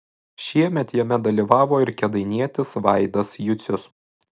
šiemet jame dalyvavo ir kėdainietis vaidas jucius